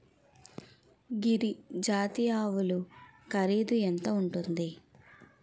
గిరి జాతి ఆవులు ఖరీదు ఎంత ఉంటుంది?